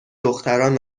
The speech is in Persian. دختران